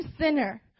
sinner